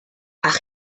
ach